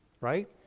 right